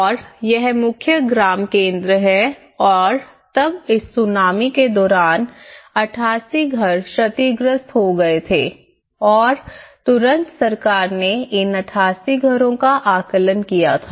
और यह मुख्य ग्राम केंद्र है और तब इस सुनामी के दौरान 88 घर क्षतिग्रस्त हो गए थे और तुरंत सरकार ने इन 88 घरों का आकलन किया था